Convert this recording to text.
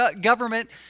government